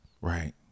Right